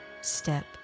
step